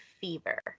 fever